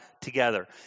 together